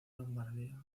lombardía